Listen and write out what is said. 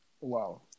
wow